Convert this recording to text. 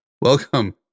Welcome